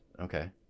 Okay